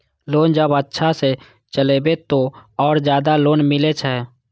Loan जब अच्छा से चलेबे तो और ज्यादा लोन मिले छै?